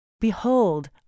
Behold